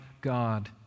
God